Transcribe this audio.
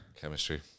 chemistry